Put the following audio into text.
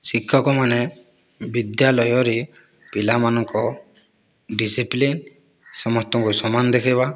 ଶିକ୍ଷକମାନେ ବିଦ୍ୟାଳୟରେ ପିଲାମାନଙ୍କ ଡିସିପ୍ଲିନ୍ ସମସ୍ତଙ୍କୁ ସମାନ ଦେଖାଇବା